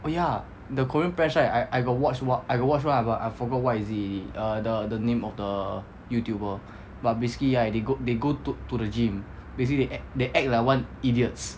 oh ya the korean pranks right I I got watch one I got watch one lah but I forgot what is it already err the the name of the YouTuber but basically right they go they go to to the gym basically they act like one idiots